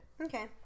Okay